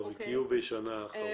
כמה הגיעו בשנה האחרונה?